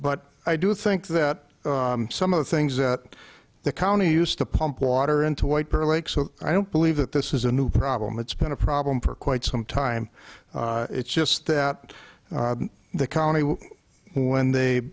but i do think that some of the things that the county used to pump water into white per lake so i don't believe that this is a new problem it's been a problem for quite some time it's just that the county when they